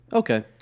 Okay